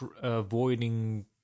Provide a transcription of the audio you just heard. avoiding